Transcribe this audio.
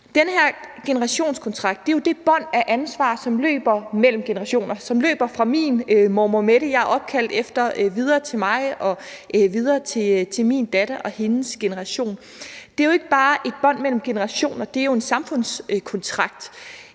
generationskontrakt er jo det bånd af ansvar, der løber mellem generationer; som løber fra min mormor, Mette, som jeg er opkaldt efter, videre til mig og videre til min datter og hendes generation. Det er jo ikke bare et bånd mellem generationer; det er en samfundskontrakt,